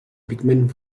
pigment